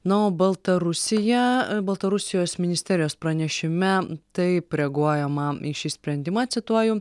na o baltarusija baltarusijos ministerijos pranešime taip reaguojama į šį sprendimą cituoju